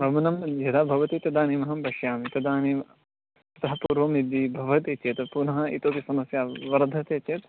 वमनं यदा भवति तदानीमहं पश्यामि तदानीं इतः पूर्वं यदि भवति चेत् पुनः इतोऽपि समस्या वर्धते चेत्